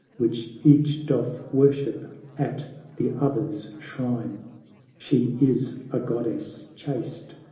which each doth worship at the other's shrine she is a goddess chaste,